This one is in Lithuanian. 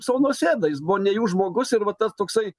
su nausėda jis buvo ne jų žmogus ir va tas toksai